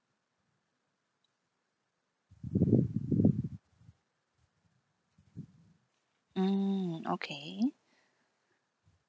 mm okay